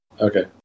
Okay